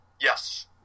Yes